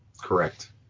correct